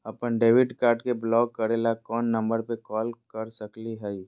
अपन debit card के block करे ला कौन नंबर पे कॉल कर सकली हई?